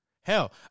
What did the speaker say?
Hell